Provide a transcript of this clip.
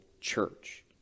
church